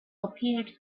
appeared